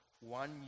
one